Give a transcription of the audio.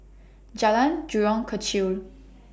Jalan Jurong Kechil